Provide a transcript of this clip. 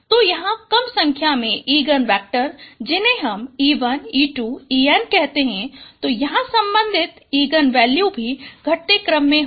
तो यहाँ कम सख्यां में इगन वेक्टर जिन्हें हम Ie1 e2 en कहते हैं तो यहाँ सम्बधित इगन वैल्यू भी घटते क्रम में होगी